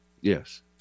yes